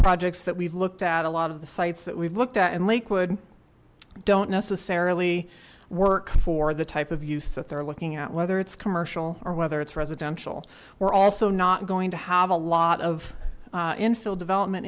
projects that we've looked at a lot of the sites we've looked at in lakewood don't necessarily work for the type of use that they're looking at whether it's commercial or whether it's residential we're also not going to have a lot of infill development